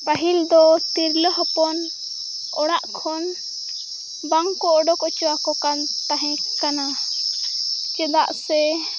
ᱯᱟᱹᱦᱤᱞ ᱫᱚ ᱛᱤᱨᱞᱟᱹ ᱦᱚᱯᱚᱱ ᱚᱲᱟᱜ ᱠᱷᱚᱱ ᱵᱟᱝ ᱠᱚ ᱚᱰᱳᱠ ᱦᱚᱪᱚᱣᱟᱠᱚ ᱠᱟᱱ ᱛᱟᱦᱮᱸᱠᱟᱱᱟ ᱪᱮᱫᱟᱜ ᱥᱮ